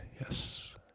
Yes